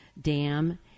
Dam